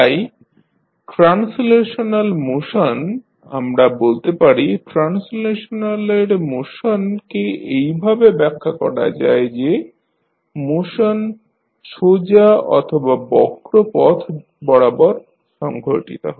তাই translational motion আমরা বলতে পারি ট্রান্সলেশনাল এর মোশনকে এইভাবে ব্যাখ্যা করা যায় যে মোশন সোজা অথবা বক্র পথ বরাবর সংঘটিত হয়